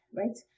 right